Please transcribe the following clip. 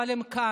אבל הם כאן,